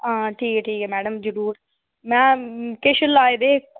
आं ठीक ऐ ठीक ऐ मैडम जरूर में किश लाए दे